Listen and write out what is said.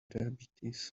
diabetes